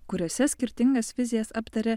kuriose skirtingas vizijas aptarė